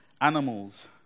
Animals